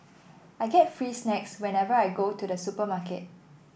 I get free snacks whenever I go to the supermarket